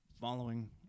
following